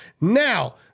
Now